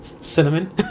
Cinnamon